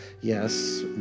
Yes